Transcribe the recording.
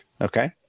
Okay